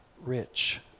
rich